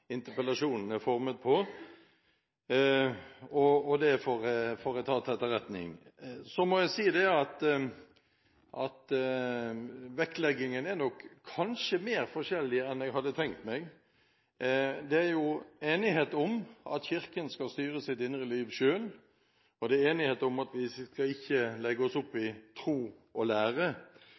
interpellasjonen er formet på, og det får jeg ta til etterretning. Jeg må si at vektleggingen kanskje er mer forskjellig enn jeg hadde tenkt meg. Det er enighet om at Kirken skal styre sitt indre liv selv, og det er enighet om at vi ikke skal legge oss opp i tro og lære.